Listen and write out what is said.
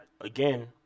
again